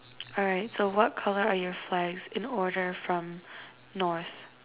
alright so what colour are your flags in order from north